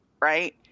right